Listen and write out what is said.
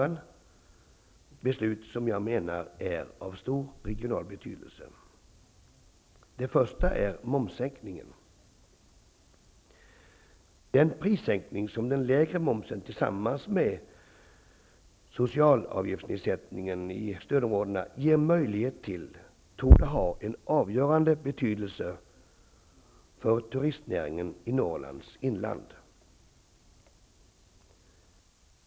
Det är beslut som jag menar är av stor regional betydelse. Det första beslutet är momssänkningen. Den prissänkning som den lägre momsen tillsammans med nedsättningen av socialavgifter i stödområdena ger möjlighet till, torde ha avgörande betydelse för turistnäringen i Norrlands inland.